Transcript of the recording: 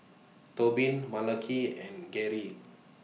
Tobin Malaki and Garey